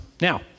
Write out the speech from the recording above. Now